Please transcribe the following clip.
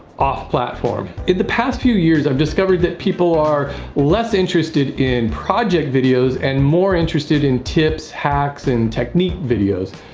off platform. in the past few years, i've discovered that people are less interested in project videos and more interested in tips, hacks, and technique videos.